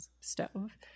stove